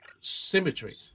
symmetry